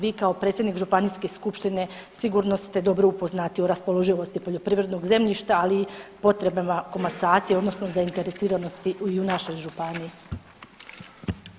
Vi kao predsjednik Županijske skupštine sigurno ste dobro upoznati o raspoloživosti poljoprivrednog zemljišta, ali i potrebama komasacije odnosno zainteresiranosti i u našoj županiji.